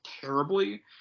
terribly